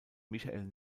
michael